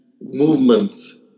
movements